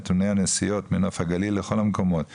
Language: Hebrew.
נתוני הנסיעות לנוף הגליל מחיפה,